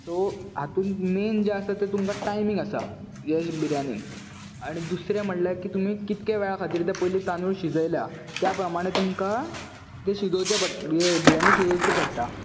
so हातूंत main जें आसता ते तुमकां टायमींग आसा यज बिर्याणी आनी दुसरें म्हणल्यार की तुमीं कितक्या वेळा खातीर ते तांदूळ शिजयल्या त्या प्रमाणे तुमकां ते शिजोवचे हे बिर्याणी शिजोवची पडटा